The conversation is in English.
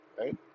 right